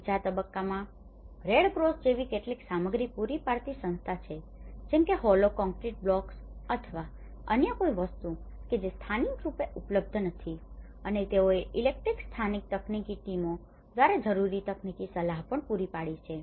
બીજા તબક્કામાં રેડક્રોસ જેવી કેટલીક સામગ્રી પૂરી પાડતી સંસ્થાઓ છે જેમ કે હોલો કોંક્રિટ બ્લોક્સ અથવા અન્ય કોઈ વસ્તુઓ કે જે સ્થાનિક રૂપે ઉપલબ્ધ નથી અને તેઓએ ઇલેક્ટ્રિક સ્થાનિક તકનીકી ટીમો દ્વારા જરૂરી તકનીકી સલાહ પણ પૂરી પાડી છે